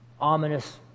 ominous